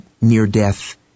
near-death